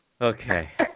Okay